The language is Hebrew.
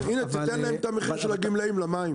הנה תיתן להם את המחיר של הגמלאים על המים.